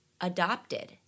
adopted